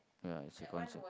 yeah it's a concert